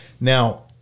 Now